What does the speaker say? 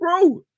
Bro